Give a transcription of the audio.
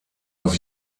auf